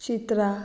चित्रा